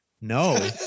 no